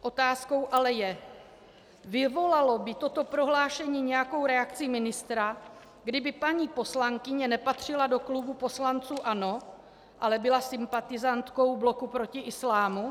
Otázkou ale je: Vyvolalo by toto prohlášení nějakou reakci ministra, kdyby paní poslankyně nepatřila do klubu poslanců ANO, ale byla sympatizantkou Bloku proti islámu?